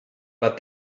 but